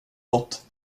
fått